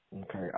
Okay